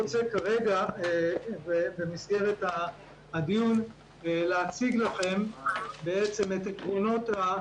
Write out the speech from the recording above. במסגרת הדיון אני רוצה להציג לכם את העקרונות.